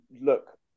look